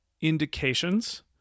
indications